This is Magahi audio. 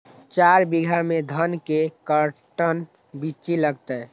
चार बीघा में धन के कर्टन बिच्ची लगतै?